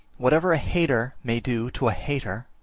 whatever a hater may do to a hater,